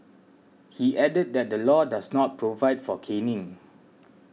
he added that the law does not provide for caning